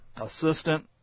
assistant